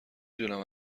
دونم